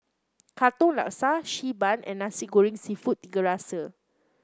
Katong Laksa Xi Ban and Nasi Goreng seafood Tiga Rasa